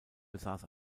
besaß